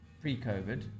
pre-COVID